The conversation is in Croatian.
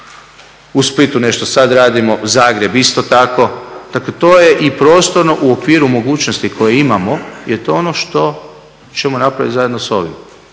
u Splitu nešto sad radimo, Zagreb isto tako. Dakle, to je i prostorno u okviru mogućnosti koje imamo, je to ono što ćemo napravit zajedno s ovim.